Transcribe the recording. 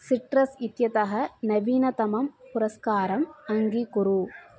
citrus इत्यतः नवीनतमं पुरस्कारम् अङ्गीकुरु